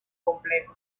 completo